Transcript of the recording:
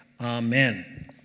amen